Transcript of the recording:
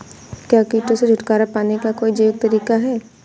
क्या कीटों से छुटकारा पाने का कोई जैविक तरीका है?